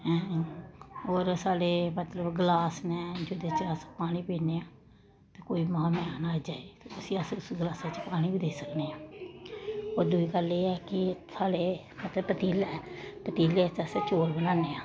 हैं होर साढ़े मतलब गलास न जेह्दे च अस पानी पीने आं ते कोई मैह्मान आई जाए ते उसी अस उस गलासै च पानी बी देई सकने आं होर दुई गल्ल एह् हे कि साढ़े मतलब पतीला ऐ पतीले च अस चौल बनाने आं